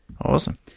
awesome